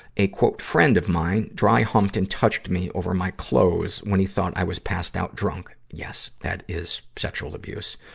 a friend of mine dry-humped and touched me over my clothes when he thought i was passed out drunk. yes, that is sexual abuse.